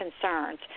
concerns